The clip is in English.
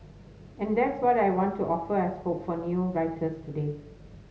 and that's what I want to offer as hope for new writers today